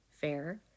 fair